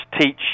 teach